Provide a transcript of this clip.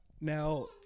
now